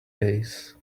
days